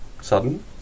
sudden